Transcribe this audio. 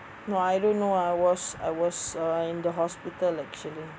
no I don't know I was I was uh in the hospital actually